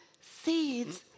seeds